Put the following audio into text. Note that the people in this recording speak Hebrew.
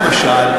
למשל,